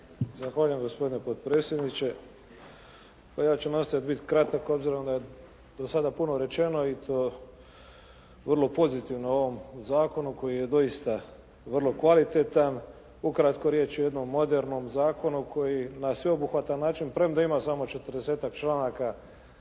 Zahvaljujem gospodine potpredsjedniče. Pa ja ću nastojati biti kratak, obzirom da je do sada puno rečeno i to vrlo pozitivno o ovom zakonu koji je doista vrlo kvalitetan. Ukratko riječ je o jednom modernom zakonu koji na sveobuhvatan način, premda ima samo četrdesetak